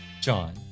John